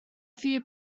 few